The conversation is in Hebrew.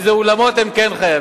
אם אלה אולמות, הם כן חייבים.